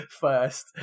first